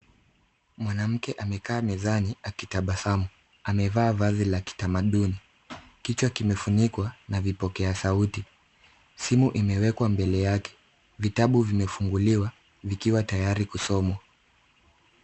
Mwanamke amekaa mezani akitabasamu. Amevaa vazi la kitamaduni. Kichwa kimefunikwa na vipokea sauti. Simu imewekwa mbele yake. Vitabu vimefunguliwa vikiwa tayari kusomwa.